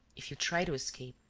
if you try to escape,